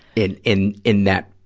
in, in, in that,